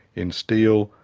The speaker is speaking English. in steel,